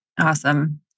Awesome